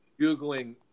Googling